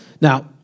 Now